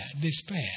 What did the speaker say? despair